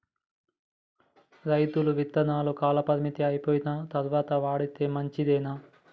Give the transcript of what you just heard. రైతులు విత్తనాల కాలపరిమితి అయిపోయిన తరువాత వాడితే మంచిదేనా?